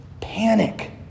panic